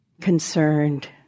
concerned